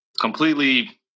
Completely